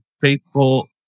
faithful